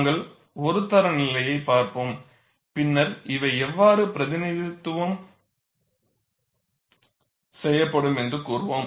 நாங்கள் ஒரு தர நிலையைப் பார்ப்போம் பின்னர் இவை எவ்வாறு பிரதிநிதித்துவம் செய்யப்படும் என்று கூறுவோம்